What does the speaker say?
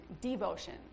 devotion